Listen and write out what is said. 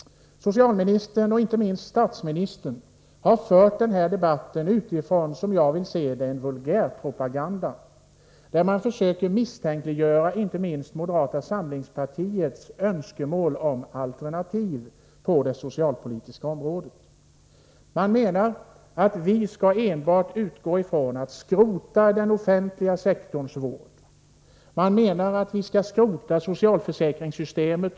Socialministern och inte minst statsministern har, som jag vill se det, fört denna debatt utifrån en vulgärpropaganda där man försöker misstänkliggöra inte minst moderata samlingspartiets önskemål om alternativ på det socialpolitiska området. Man har hävdat att vi moderater enbart skulle utgå ifrån att man skall skrota den offentliga sektorns vård, att man tydligen skulle skrota socialförsäkringssystemet.